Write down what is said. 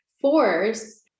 force